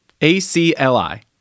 ACLI